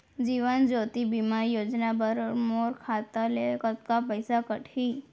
जीवन ज्योति बीमा योजना बर मोर खाता ले कतका पइसा कटही?